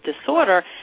disorder